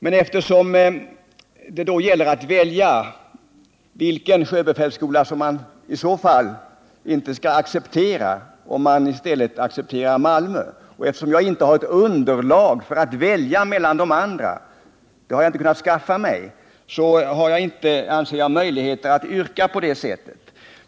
Men eftersom det gäller att välja vilken sjöbefälsskola man inte skall acceptera om man accepterar Malmö och jag inte har underlag för att välja mellan de andra — det har jag inte kunnat skaffa mig — har jag inte möjlighet att yrka på det sättet.